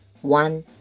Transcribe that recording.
one